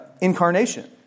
incarnation